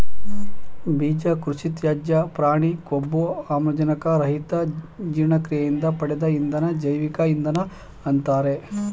ಬೀಜ ಕೃಷಿತ್ಯಾಜ್ಯ ಪ್ರಾಣಿ ಕೊಬ್ಬು ಆಮ್ಲಜನಕ ರಹಿತ ಜೀರ್ಣಕ್ರಿಯೆಯಿಂದ ಪಡೆದ ಇಂಧನ ಜೈವಿಕ ಇಂಧನ ಅಂತಾರೆ